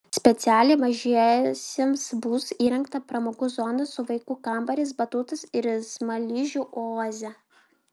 specialiai mažiesiems bus įrengta pramogų zona su vaikų kambariais batutais ir smaližių oaze